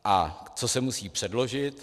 A co se musí předložit?